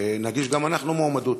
נגיש גם אנחנו מועמדות,